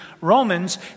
Romans